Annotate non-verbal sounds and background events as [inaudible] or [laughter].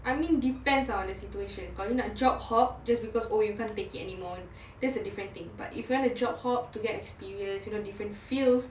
I mean depends ah on the situation kalau nak job hop just because oh you can't take it anymore [breath] that's a different thing but if you want a job hope to get experience you know different fields